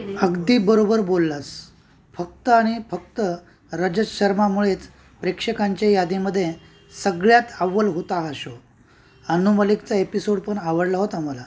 अगदीबरोबर बोललास फक्त आणि फक्त रजत शर्मामुळेच प्रेक्षकांच्या यादीमध्ये सगळ्यात अव्वल होता हा शो अनु मलिकचा एपिसोड पण आवडला होता मला